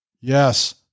Yes